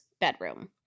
bedroom